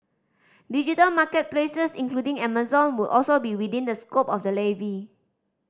digital market places including Amazon would also be within the scope of the levy